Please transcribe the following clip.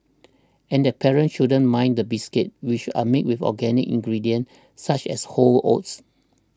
and their parents shouldn't mind the biscuits which are made with organic ingredients such as whole oats